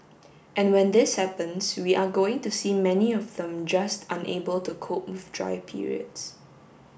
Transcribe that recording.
and when this happens we are going to see many of them just unable to cope with dry periods